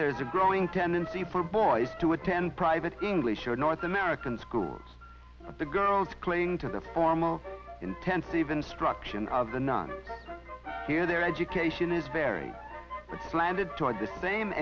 there is a growing tendency for boys to attend private english or north american schools the girls cling to the formal intensive instruction of the nun here their education is very slanted toward the same